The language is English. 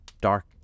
dark